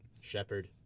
Shepard